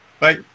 Bye